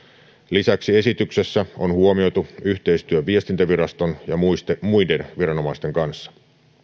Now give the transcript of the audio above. lisäksi esityksessä on huomioitu yhteistyö viestintäviraston ja muiden viranomaisten kanssa